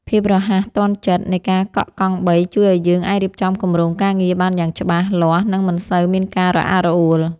ភាពរហ័សទាន់ចិត្តនៃការកក់កង់បីជួយឱ្យយើងអាចរៀបចំគម្រោងការងារបានយ៉ាងច្បាស់លាស់និងមិនសូវមានការរអាក់រអួល។